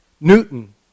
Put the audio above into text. Newton